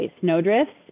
snowdrifts